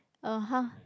ah !huh!